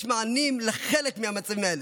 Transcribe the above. יש מענים לחלק מהמצבים האלה,